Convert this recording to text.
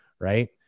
right